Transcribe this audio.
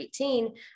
18